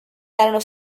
erano